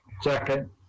Second